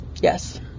Yes